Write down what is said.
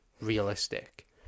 realistic